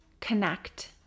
connect